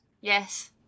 Yes